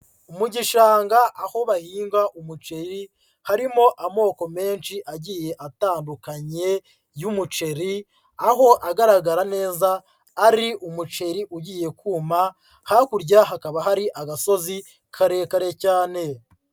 Mu gishanga aho bahinga umuceri, harimo amoko menshi agiye atandukanye y'umuceri, aho agaragara neza ari umuceri ugiye kuma, hakurya hakaba hari agasozi karekare cyane.